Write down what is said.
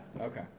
Okay